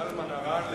זלמן ארן,